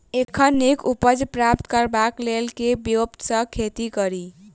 एखन नीक उपज प्राप्त करबाक लेल केँ ब्योंत सऽ खेती कड़ी?